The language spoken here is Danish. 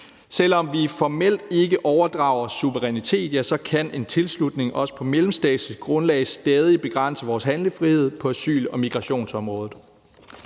Selv om vi formelt ikke overdrager suverænitet, kan en tilslutning også på mellemstatsligt grundlag stadig begrænse vores handlefrihed på asyl- og migrationsområdet.